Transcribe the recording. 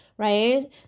right